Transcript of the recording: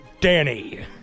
Danny